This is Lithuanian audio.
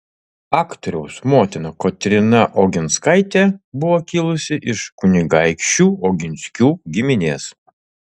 aktoriaus motina kotryna oginskaitė buvo kilusi iš kunigaikščių oginskių giminės